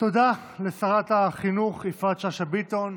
תודה לשרת החינוך יפעת שאשא ביטון.